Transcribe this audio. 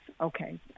Okay